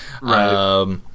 Right